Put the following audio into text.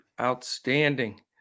Outstanding